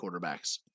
quarterbacks